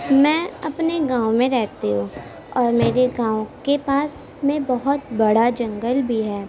میں اپنے گاؤں میں رہتی ہوں اور میرے گاؤں کے پاس میں بہت بڑا جنگل بھی ہے